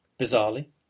Bizarrely